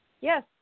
Yes